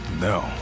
No